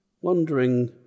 wondering